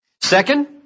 Second